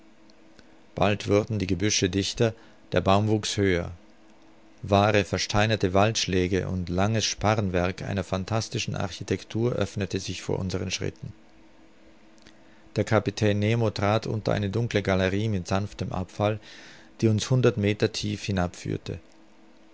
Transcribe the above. bald wurden die gebüsche dichter der baumwuchs höher wahre versteinerte waldschläge und langes sparrenwerk einer phantastischen architektur öffnete sich vor unseren schritten der kapitän nemo trat unter eine dunkle galerie mit sanftem abfall die uns hundert meter tief